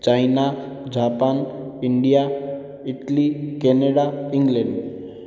China Japan India Italy Canada England